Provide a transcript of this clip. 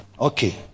Okay